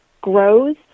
grows